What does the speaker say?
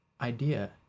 idea